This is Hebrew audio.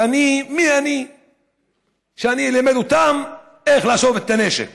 ואני, מי אני שאלמד אותם איך לאסוף את הנשק